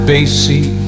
Basie